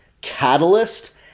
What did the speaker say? catalyst